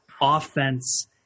offense